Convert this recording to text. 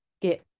get